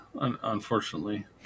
unfortunately